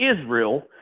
Israel